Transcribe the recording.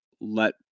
let